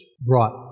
brought